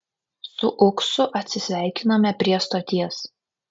su uksu atsisveikinome prie stoties